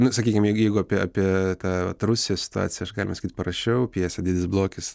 nu sakykim jeigu jeigu apie apie tą vat rusijos situaciją aš galima sakyt parašiau pjesę didis blogis